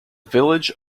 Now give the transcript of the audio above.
village